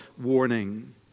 warning